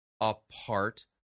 apart